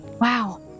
Wow